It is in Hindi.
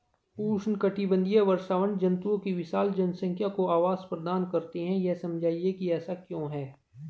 उष्णकटिबंधीय वर्षावन जंतुओं की विशाल जनसंख्या को आवास प्रदान करते हैं यह समझाइए कि ऐसा क्यों है?